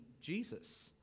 Jesus